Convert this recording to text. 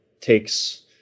takes